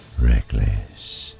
reckless